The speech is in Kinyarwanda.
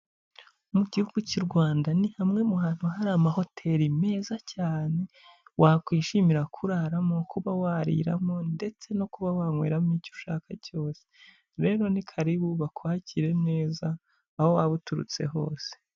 Mu gihugu cy'u Rwanda ni hamwe mu hantu hari amahoteli meza cyane, wakwishimira kuraramo, kuba wariramo, ndetse no kuba wanyweramo icyo ushaka cyose, rero ni karibu bakwakire neza aho waba uturutse hose.